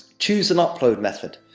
choose an upload method.